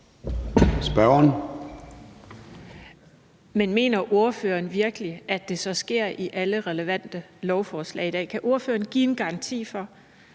Mener ordføreren virkelig, at det så sker med alle relevante lovforslag i dag? Kan ordføreren give en garanti for,